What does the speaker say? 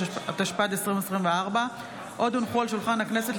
התשפ"ד 2024. עוד הונחו על שולחן הכנסת,